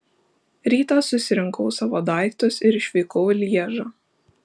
rytą susirinkau savo daiktus ir išvykau į lježą